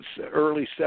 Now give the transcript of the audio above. early